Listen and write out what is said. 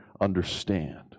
understand